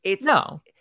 No